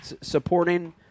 supporting